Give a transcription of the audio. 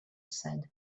said